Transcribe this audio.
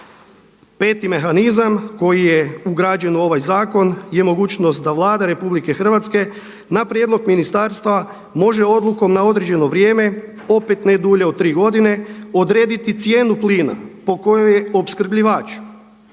Peti mehanizam koji je ugrađen u ovaj zakon je mogućnost da Vlada RH na prijedlog ministarstva može odlukom na određeno vrijeme opet ne dulje od tri godine odrediti cijenu plina po kojoj je opskrbljivač